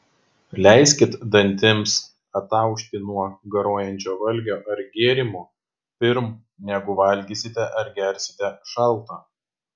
leiskit dantims ataušti nuo garuojančio valgio ar gėrimo pirm negu valgysite ar gersite šaltą